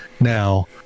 now